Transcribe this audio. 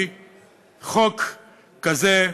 הוא צריך להביא חוק כזה,